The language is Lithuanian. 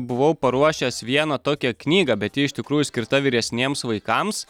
buvau paruošęs vieną tokią knygą bet ji iš tikrųjų skirta vyresniems vaikams